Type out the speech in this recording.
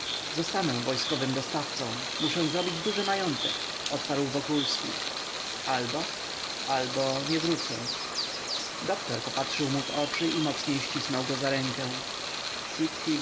zostanę wojskowym dostawcą muszę zrobić duży majątek odparł wokulski albo albo nie wrócę doktor popatrzył mu w oczy i mocno ścisnął go za rękę